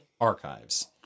archives